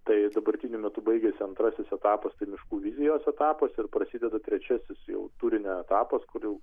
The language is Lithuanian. tai dabartiniu metu baigiasi antrasis etapas tai miškų vizijos etapas ir prasideda trečiasis jau turinio etapas kur jau